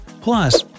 Plus